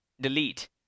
delete